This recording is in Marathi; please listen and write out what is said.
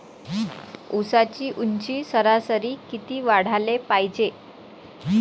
ऊसाची ऊंची सरासरी किती वाढाले पायजे?